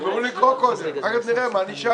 ואז נראה.